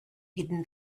hidden